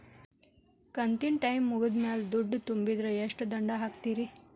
ಕಂತಿನ ಟೈಮ್ ಮುಗಿದ ಮ್ಯಾಲ್ ದುಡ್ಡು ತುಂಬಿದ್ರ, ಎಷ್ಟ ದಂಡ ಹಾಕ್ತೇರಿ?